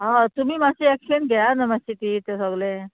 हय तुमी मात्शें एक्शन घेया न्हू मात्शें ती तें सोगलें